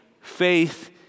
faith